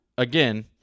again